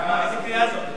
איזו קריאה זאת?